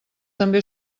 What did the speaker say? també